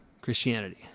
Christianity